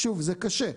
שוב, זה קשה.